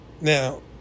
now